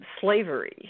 slavery